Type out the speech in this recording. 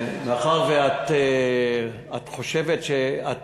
מאחר שאת חושבת שאת